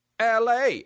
la